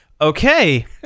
Okay